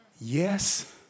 Yes